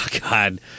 god